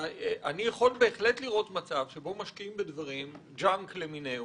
אני בהחלט יכול לראות מצב שבו משקיעים בדברים ג'נק למינהו